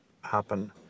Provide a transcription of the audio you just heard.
happen